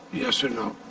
yes or no.